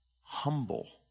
humble